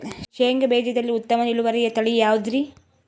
ಶೇಂಗಾ ಬೇಜದಲ್ಲಿ ಉತ್ತಮ ಇಳುವರಿಯ ತಳಿ ಯಾವುದುರಿ?